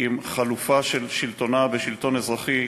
עם חלופה של שלטונה בשלטון אזרחי.